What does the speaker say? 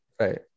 right